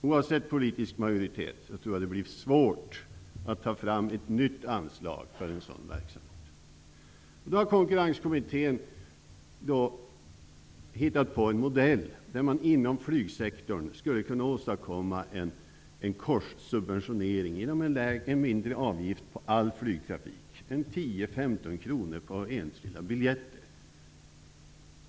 Oavsett politisk majoritet tror jag att det blir svårt att ta fram ett nytt anslag för en sådan verksamhet. Konkurrenskommittén har nu hittat på en modell som innebär att man inom flygsektorn skulle kunna åstadkomma en korssubventionering, genom en mindre avgift på all flygtrafik, en 10--15 kr på enskilda biljetter.